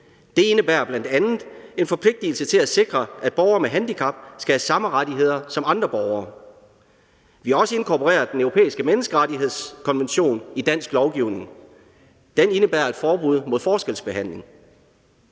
Det indebærer bl.a. en forpligtelse til at sikre, at borgere med handicap skal have samme rettigheder som andre borgere. Vi har også inkorporeret den europæiske menneskerettighedskonvention i dansk lovgivning. Den indebærer et forbud mod forskelsbehandling.